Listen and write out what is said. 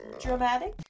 dramatic